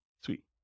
Sweet